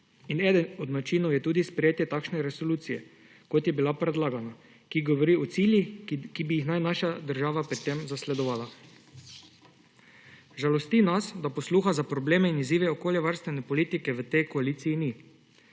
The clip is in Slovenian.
In eden od načinov je tudi sprejetje takšne resolucije, kot je bila predlagana, ki govori o ciljih, ki naj bi jih naša država pri tem zasledovala. Žalosti nas, da posluha za probleme in izzive okoljevarstvene politike v tej koaliciji ni.